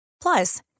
Plus